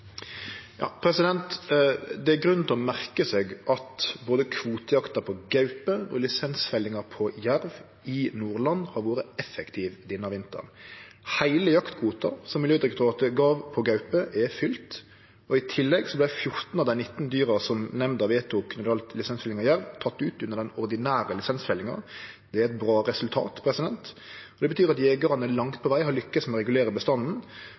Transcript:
Det er grunn til å merke seg at både kvotejakta på gaupe og lisensfellinga på jerv i Nordland har vore effektiv denne vinteren. Heile jaktkvoten, som Miljødirektoratet gav på gaupe, er fylt. I tillegg vart 14 av dei 19 dyra som nemnda vedtok når det gjaldt lisensfelling av jerv, tekne ut under den ordinære lisensfellinga. Det er eit bra resultat. Det betyr at jegerane langt på veg har lukkast med å regulere bestanden.